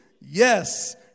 Yes